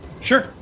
Sure